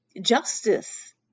justice